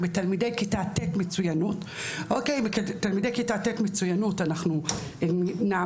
אם תלמידי כיתה ט' מצוינות אנחנו נעמוד